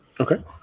Okay